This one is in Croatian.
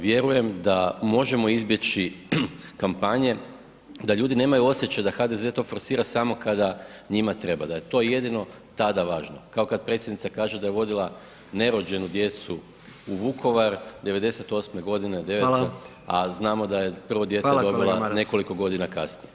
Vjerujem da možemo izbjeći kampanje, da ljudi nemaju osjećaj da HDZ to forsira samo kada njima treba, da je to jedino tada važno, kao kad predsjednica kaže da je vodila nerođenu djecu u Vukovar '98., [[Upadica: Hvala.]] a znamo da je prvo [[Upadica: Hvala kolega Maras.]] dijete dobila nekoliko godina kasnije.